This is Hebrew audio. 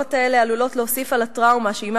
הפגיעות האלה עלולות להוסיף על הטראומה שעמה